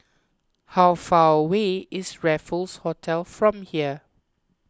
how far away is Raffles Hotel from here